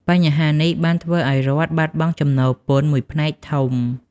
បញ្ហានេះបានធ្វើឱ្យរដ្ឋបាត់បង់ចំណូលពន្ធមួយផ្នែកធំ។